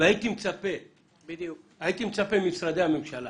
והייתי מצפה את זה ממשרדי הממשלה.